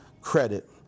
credit